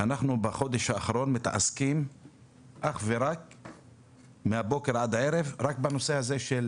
בחודש האחרון אנחנו מתעסקים מהבוקר עד הערב רק בנושא הזה של